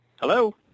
Hello